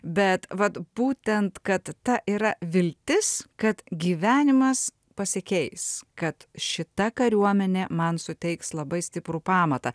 bet vat būtent kad ta yra viltis kad gyvenimas pasikeis kad šita kariuomenė man suteiks labai stiprų pamatą